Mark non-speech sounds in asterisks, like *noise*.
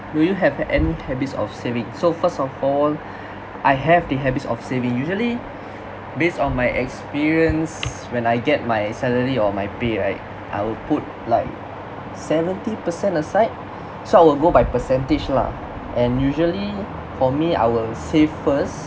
do you have any habits of saving so first of all *breath* I have the habits of saving usually *breath* based on my experience when I get my salary or my pay right I will put like seventy per cent aside so I'll go by percentage lah and usually for me I will save first